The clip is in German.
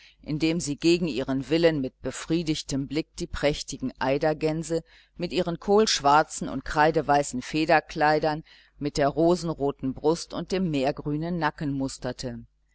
indem sie gegen ihren willen mit befriedigtem blick die prächtigen eidergänse in ihren kohlschwarzen und kreideweißen federkleidern mit der rosenroten brust und dem meergrünen nacken musterte